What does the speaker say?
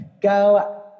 go